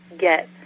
get